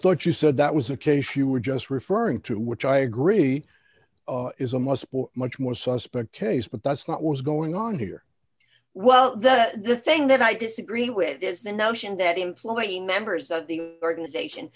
thought you said that was a case you were just referring to which i agree is a must be much more suspect case but that's not what's going on here well the thing that i disagree with is the notion that employer members of the organization